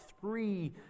three